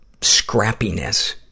scrappiness